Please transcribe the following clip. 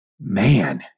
Man